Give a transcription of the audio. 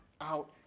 out